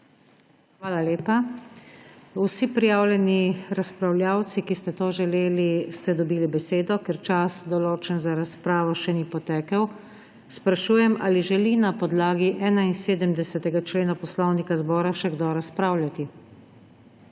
Hvala lepa. Vsi prijavljeni razpravljavci, ki ste to želeli, ste dobili besedo. Ker čas, določen za razpravo, še ni potekel, sprašujem, ali želi na podlagi 71. člena Poslovnika Državnega zbora še kdo razpravljati.